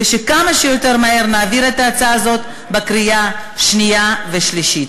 וכמה שיותר מהר נעביר את ההצעה הזאת בקריאה שנייה ושלישית.